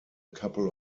couple